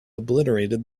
obliterated